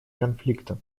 конфликта